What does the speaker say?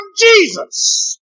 Jesus